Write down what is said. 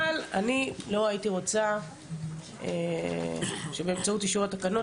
אבל אני לא הייתי רוצה שבאמצעות אישור התקנות